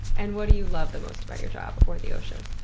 and what do you love the most about your job or the ocean?